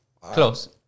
Close